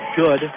good